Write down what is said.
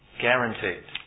Guaranteed